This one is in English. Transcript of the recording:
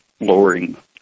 lowering